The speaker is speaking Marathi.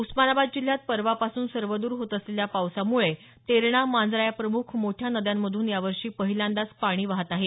उस्मानाबाद जिल्ह्यात परवापासून सर्वद्र होत असलेल्या पावसामुळे तेरणा मांजरा या प्रमुख मोठ्या नद्यांमधून यावर्षी पहिल्यांदाच पाणी वाहात आहे